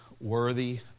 worthy